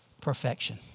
perfection